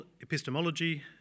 epistemology